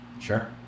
sure